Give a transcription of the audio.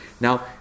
now